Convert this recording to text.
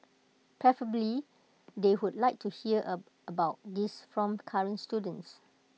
preferably they would like to hear about these from current students